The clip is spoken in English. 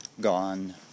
gone